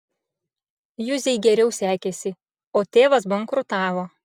juzei geriau sekėsi o tėvas bankrutavo